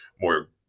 more